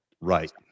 Right